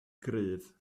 gryf